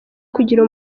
kugira